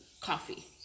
coffee